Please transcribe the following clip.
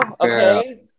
okay